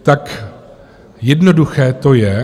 Tak jednoduché to je.